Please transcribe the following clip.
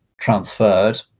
transferred